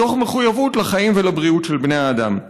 מתוך מחויבות לחיים ולבריאות של בני אדם.